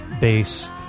bass